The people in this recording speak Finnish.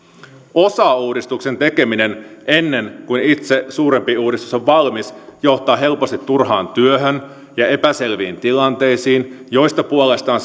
osauudistuksen tekeminen ennen kuin itse suurempi uudistus on valmis johtaa helposti turhaan työhön ja epäselviin tilanteisiin joista puolestaan